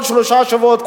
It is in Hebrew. כל שלושה שבועות,